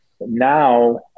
Now